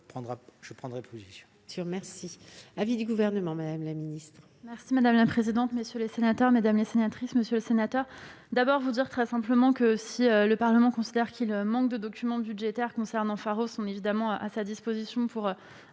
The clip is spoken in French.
Je prendrai position